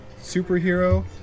superhero